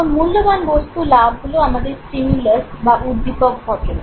এখন মূল্যবান বস্তু লাভ হল আমাদের স্টিমিউলাস বা উদ্দীপক ঘটনা